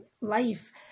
life